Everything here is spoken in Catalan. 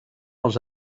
els